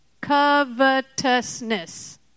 Covetousness